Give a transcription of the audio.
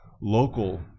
local